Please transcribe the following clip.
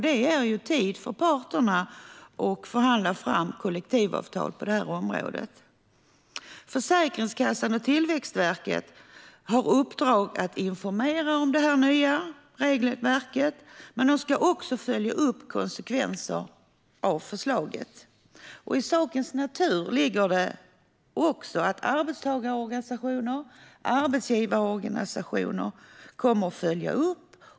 Det ger parterna tid att förhandla fram kollektivavtal på området. Försäkringskassan och Tillväxtverket har i uppdrag att informera om det nya regelverket. Men de ska också följa upp konsekvenser av förslaget. Det ligger också i sakens natur att arbetstagarorganisationer och arbetsgivarorganisationer kommer att följa upp.